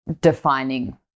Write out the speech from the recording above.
defining